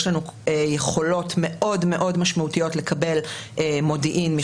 יש לנו יכולות מאוד מאוד משמעותיות לקבל מודיעין מחו"ל.